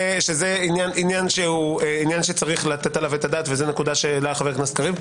זה עניין שיש לתת עליו את הדעת וזה עניין שהעלה חבר הכנסת קריב.